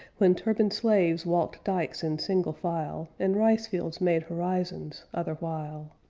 when turbaned slaves walked dykes in single file, and rice-fields made horizons, otherwhile.